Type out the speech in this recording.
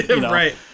Right